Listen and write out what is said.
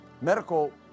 medical